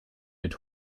mit